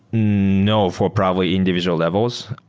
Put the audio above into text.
no, for probably individual levels.